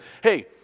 hey